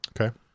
Okay